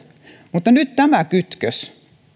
niin nyt tämä kytkös